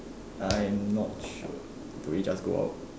I am not sure do we just go out